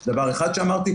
זה דבר אחד שאמרתי.